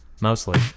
Mostly